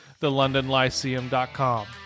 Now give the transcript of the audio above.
thelondonlyceum.com